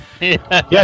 Yes